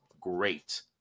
Great